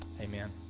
Amen